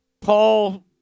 Paul